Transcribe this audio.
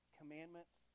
commandments